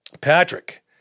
Patrick